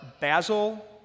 Basil